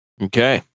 Okay